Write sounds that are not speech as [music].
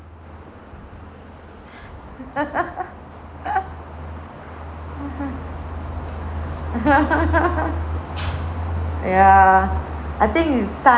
[laughs] ya I think with time